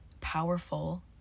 powerful